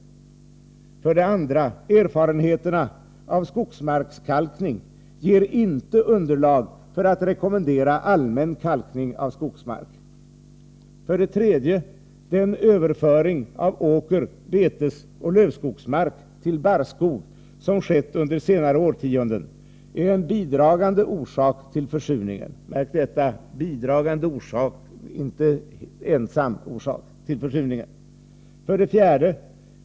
2. Erfarenheterna av skogsmarkskalkning ger inte underlag för att rekommendera allmän kalkning av skogsmark. 3. Den överföring av åker-, betesoch lövskogsmark till barrskog som har skett under senare årtionden är en bidragande orsak till försurningen. Märk detta — det är en bidragande orsak, inte den enda orsaken till försurningen. 4.